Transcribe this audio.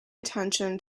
attention